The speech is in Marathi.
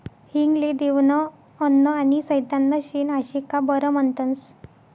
हिंग ले देवनं अन्न आनी सैताननं शेन आशे का बरं म्हनतंस?